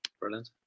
Brilliant